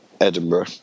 Edinburgh